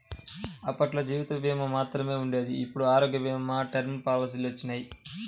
అప్పట్లో జీవిత భీమా మాత్రమే ఉండేది ఇప్పుడు ఆరోగ్య భీమా, టర్మ్ పాలసీలొచ్చినియ్యి